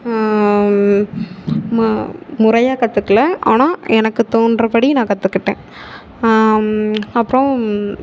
ம முறையாக கற்றுக்கல ஆனால் எனக்கு தோன்றுற படி நான் கற்றுக்கிட்டேன் அப்புறம்